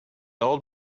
old